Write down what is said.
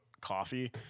coffee